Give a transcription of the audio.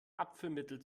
abführmittel